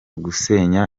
gusenya